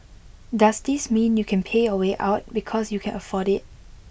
does this mean you can pay way out because you can afford IT